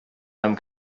һәм